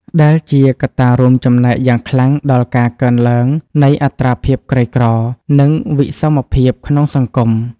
ដែលជាកត្តារួមចំណែកយ៉ាងខ្លាំងដល់ការកើនឡើងនៃអត្រាភាពក្រីក្រ និងវិសមភាពក្នុងសង្គម។